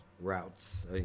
routes